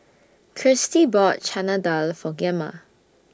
Kirstie bought Chana Dal For Gemma